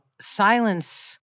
silence